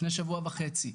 לפני שבוע וחצי,